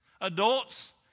adults